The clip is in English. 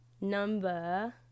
number